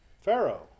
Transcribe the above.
Pharaoh